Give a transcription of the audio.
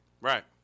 Right